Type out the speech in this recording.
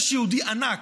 יש יהודי ענק,